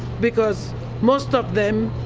because most of them,